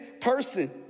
person